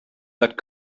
that